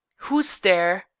who is there?